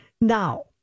Now